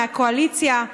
מהקואליציה,